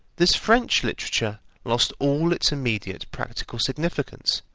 this french literature lost all its immediate practical significance,